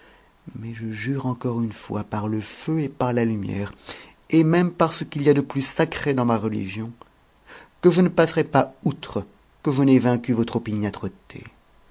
mais je jure encore une fois par le feu et par la lumière et même par ce qu'il y a de plus sacré dans ma religion que je ne passerai pas outre que je n'aie vaincu votre opiniâtreté